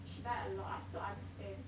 she buy a lot I also don't understand